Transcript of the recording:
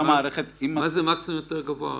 מה זה מקסימום יותר גבוה?